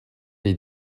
les